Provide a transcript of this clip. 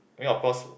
maybe of cause